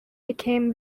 became